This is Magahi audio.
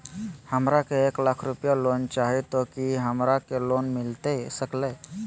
हमरा के एक लाख रुपए लोन चाही तो की हमरा के लोन मिलता सकेला?